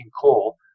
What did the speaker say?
coal